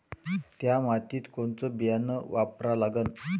थ्या मातीत कोनचं बियानं वापरा लागन?